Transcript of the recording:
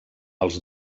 els